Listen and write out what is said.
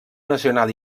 nacional